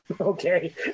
okay